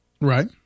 right